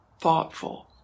thoughtful